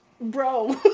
Bro